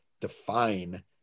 define